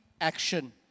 action